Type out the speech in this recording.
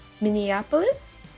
Minneapolis